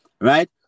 Right